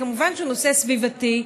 כמובן שהוא נושא סביבתי,